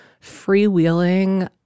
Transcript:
freewheeling